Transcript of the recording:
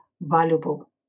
valuable